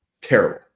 terrible